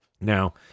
Now